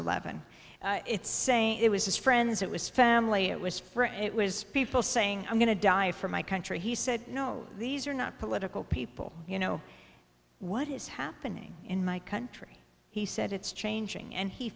eleven saying it was his friends it was family it was people saying i'm going to die for my country he said no these are not political people you know what is happening in my country he said it's changing and he